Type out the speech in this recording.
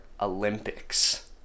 Olympics